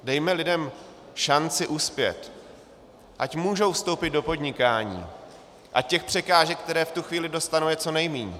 Dejme lidem šanci uspět, ať můžou vstoupit do podnikání, ať těch překážek, které v tu chvíli dostanou, je co nejmíň.